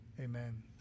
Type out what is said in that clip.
amen